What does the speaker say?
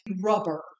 rubber